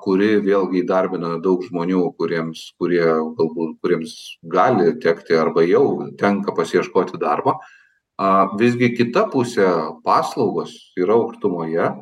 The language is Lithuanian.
kuri vėlgi įdarbina daug žmonių kuriems kurie galbūt kuriems gali tekti arba jau tenka pasiieškoti darbo aaa visgi kita pusė paslaugos yra aukštumoje